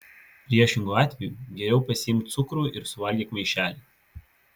priešingu atveju geriau pasiimk cukrų ir suvalgyk maišelį